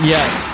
Yes